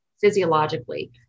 physiologically